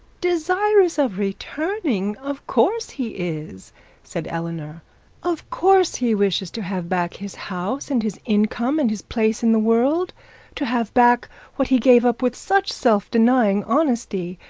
desirous of returning of course he is said eleanor of course he wishes to have back his house and his income, and his place in the world to have back what he gave up with such self-denying honesty,